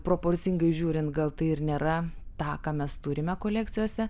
proporcingai žiūrint gal tai ir nėra tą ką mes turime kolekcijose